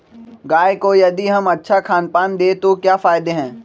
गाय को यदि हम अच्छा खानपान दें तो क्या फायदे हैं?